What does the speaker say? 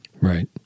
Right